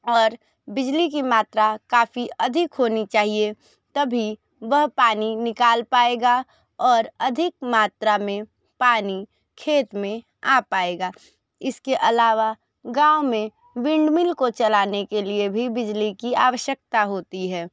और बिजली की मात्रा काफी अधिक होनी चाहिए तभी वह पानी निकाल पाएगा और अधिक मात्रा में पानी खेत में आ पाएगा इसके अलावा गाँव में विंडमिल को चलाने के लिए भी बिजली की आवश्यकता होती है